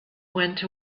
went